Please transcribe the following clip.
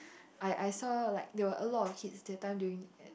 I I saw like there were a lot of kids that time during